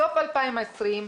סוף 2020,